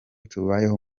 tubayeho